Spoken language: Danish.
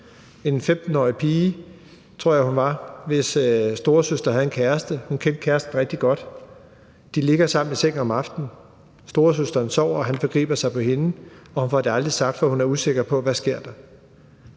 på 15 år, tror jeg hun var, hvis storesøster havde en kæreste; hun kendte kæresten rigtig godt, de ligger sammen i sengen om aftenen, storesøsteren sover, og han forgriber sig på hende, og hun får det aldrig sagt, for hun er usikker på, hvad der sker.